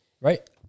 right